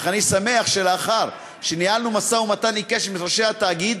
אך אני שמח שלאחר שניהלנו משא-ומתן עיקש עם ראשי התאגיד,